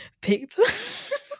Picked